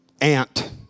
ant